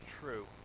true